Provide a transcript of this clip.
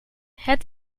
het